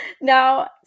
Now